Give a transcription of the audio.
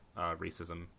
racism